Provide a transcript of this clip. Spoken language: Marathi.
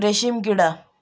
रेशीमकिडा